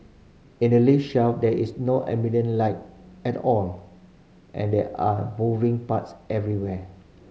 in the lift shaft there is no ambient light at all and there are moving parts everywhere